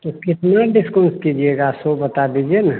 तो कितना डिस्काेन्ट कीजिएगा सो बता दीजिए न